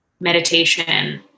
meditation